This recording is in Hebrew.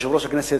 יושב-ראש הכנסת,